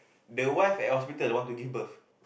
the wife at hospital don't want to give birth